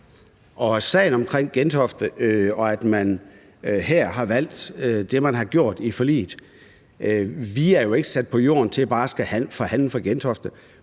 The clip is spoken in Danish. sagen om Gentofte, og at man her har valgt det, man har gjort, i forliget, vil jeg sige, at vi jo ikke er sat på jorden for bare at forhandle for Gentofte;